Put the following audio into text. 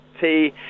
tea